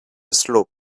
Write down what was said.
slope